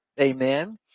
Amen